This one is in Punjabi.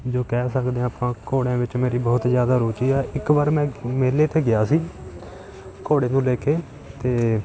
ਜੋ ਕਹਿ ਸਕਦੇ ਹਾਂ ਆਪਾਂ ਘੋੜਿਆਂ ਵਿੱਚ ਮੇਰੀ ਬਹੁਤ ਹੀ ਜ਼ਿਆਦਾ ਰੁਚੀ ਹੈ ਇੱਕ ਵਾਰ ਮੈਂ ਮੇਲੇ 'ਤੇ ਗਿਆ ਸੀ ਘੋੜੇ ਨੂੰ ਲੈ ਕੇ ਅਤੇ